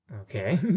Okay